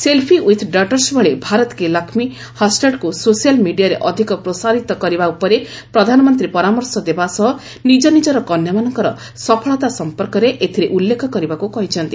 selfie with daughters ଭଳି ଭାରତ କି ଲକ୍ଷ୍ମୀ ହାଷ୍ଟାର୍ଡକୁ social ମିଡ଼ିଆରେ ଅଧିକ ପ୍ରସାରିତ କରିବା ଉପରେ ପ୍ରଧାନମନ୍ତ୍ରୀ ପରାମର୍ଶ ଦେବା ସହ ନିଜ ନିଜର କନ୍ୟାମାନଙ୍କର ସଫଳତା ସଂପର୍କରେ ଏଥିରେ ଉଲ୍ଲେଖ କରିବାକୁ କହିଛନ୍ତି